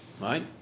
right